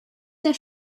der